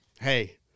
Hey